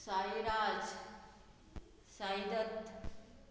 Sairaj Saidatt